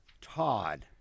Todd